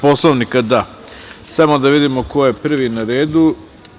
Poslovnika? (Da) Samo da vidimo ko je prvi na redu.